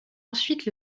ensuite